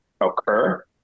occur